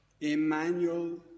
Emmanuel